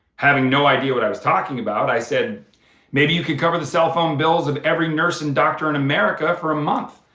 having no idea what i was talking about, i said maybe you could cover the cell phone bills of every nurse and doctor in america for a month?